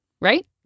Right